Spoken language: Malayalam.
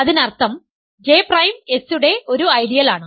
അതിനർത്ഥം J പ്രൈം S യുടെ ഒരു ഐഡിയൽ ആണ്